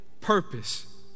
purpose